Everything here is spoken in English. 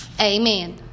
amen